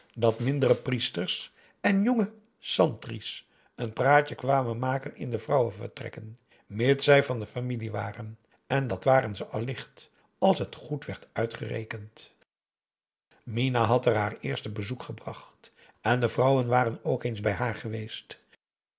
dat mindere priesters en jonge santri's een praatje kwamen maken in de vrouwenvertrekken mits zij van de familie waren en dat waren ze allicht als het goed werd uitgerekend minah had er haar eerste bezoek gebracht en de vrouwen waren ook eens bij haar geweest